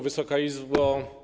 Wysoka Izbo!